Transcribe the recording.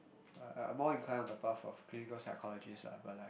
uh I more inclined on the path of clinical psychologist lah but like